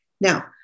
Now